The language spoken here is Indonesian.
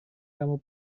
kamu